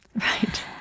Right